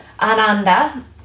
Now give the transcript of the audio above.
ananda